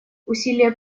усилия